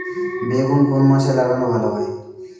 বেগুন কোন মাসে লাগালে ভালো হয়?